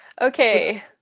Okay